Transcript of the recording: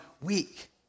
weak